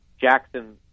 Jackson